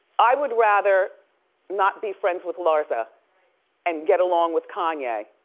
i would rather not be friends with larsa and get along with kanye